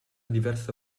diverse